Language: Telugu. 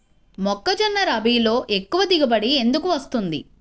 మొక్కజొన్న రబీలో ఎక్కువ దిగుబడి ఎందుకు వస్తుంది?